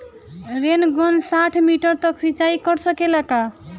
Rain gun साठ metre तक सिचाई कर सकेला का?